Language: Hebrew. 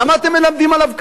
למה אתם מלמדים עליו קטיגוריה?